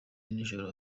nijoro